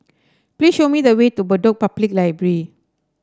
please show me the way to Bedok Public Library